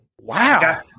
Wow